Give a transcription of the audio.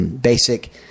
basic